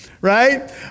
right